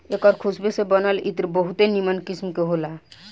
एकर खुशबू से बनल इत्र बहुते निमन किस्म के होला